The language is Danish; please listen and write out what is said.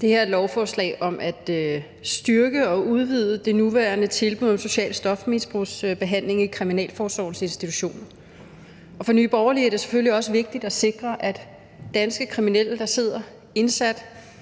Det her er et lovforslag om at styrke og udvide det nuværende tilbud om social stofmisbrugsbehandling i kriminalforsorgens institutioner. For Nye Borgerlige er det selvfølgelig også vigtigt at sikre, at danske kriminelle, der sidder indsat,